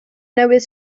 newydd